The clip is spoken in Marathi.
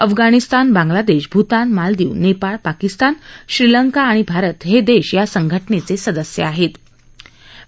अफगाणिस्तान बांगलादव्ष भूतान मालदीव नप्राळ पाकिस्तान श्रीलंका आणि भारत ह दश्व या संघटनख सदस्य आहात